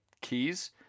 keys